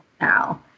now